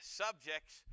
subjects